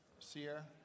Sierra